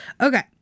Okay